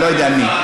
אני לא יודע מי.